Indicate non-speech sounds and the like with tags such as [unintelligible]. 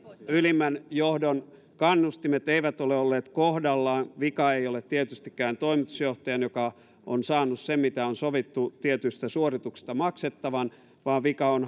ylimmän johdon kannustimet eivät ole olleet kohdallaan vika ei ole tietystikään toimitusjohtajan joka on saanut sen mitä on sovittu tietystä suorituksesta maksettavan vaan vika on [unintelligible]